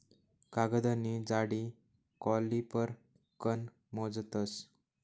कागदनी जाडी कॉलिपर कन मोजतस